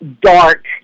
dark